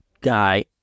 guy